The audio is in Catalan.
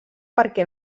perquè